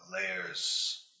layers